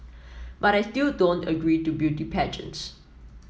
but I still don't agree to beauty pageants